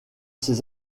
ses